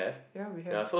ya we have